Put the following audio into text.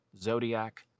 Zodiac